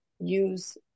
use